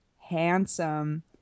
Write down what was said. handsome